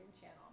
channel